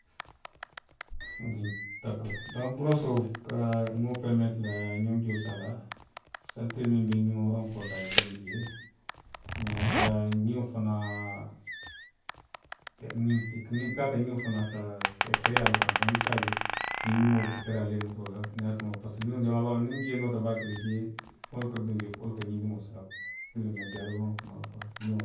dakoori, donku borosoo. ka moo peerimeetiril e a ye a ňiŋ joosi a la. salitee minnu be ňiŋ woronkoolu to a ye i bondi jee. Mee a ka ňiŋo fanaw ke, ňiŋ, ňiŋ ka a,ňiŋo fanaŋ ka a kereyaa le kuwaa, donku i se a je ňiŋ dimoo te tariyaa la i mutoo la ňaato la. parisiko, jamaa baa niŋ jee noota baake le jee wo le ka, wo le ka ňiŋ dimoo saabu